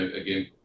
again